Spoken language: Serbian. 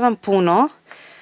vam puno